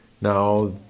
Now